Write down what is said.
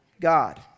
God